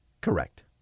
correct